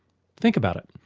think about it,